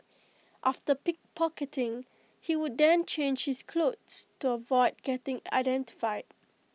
after pickpocketing he would then change his clothes to avoid getting identified